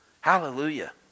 hallelujah